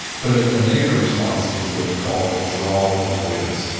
but a ah negative response is what you call withdrawal and avoidance.